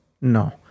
no